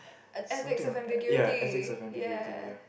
et~ ethics of ambiguity ya